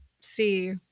see